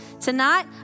Tonight